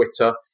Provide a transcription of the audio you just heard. Twitter